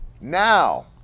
now